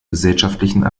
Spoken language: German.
gesellschaftlichen